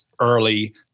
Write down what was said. early